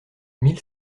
mille